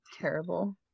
Terrible